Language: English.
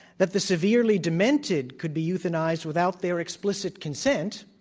that the severely demented could be euthanized without their explicit consent,